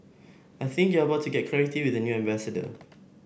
I think you are about to get clarity with the new ambassador